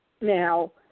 Now